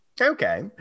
Okay